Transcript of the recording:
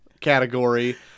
category